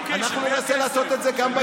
אנחנו ננסה לעשות את זה גם בימין.